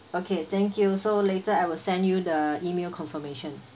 okay thank you so later I will send you the email confirmation